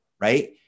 Right